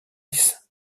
ice